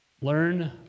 learn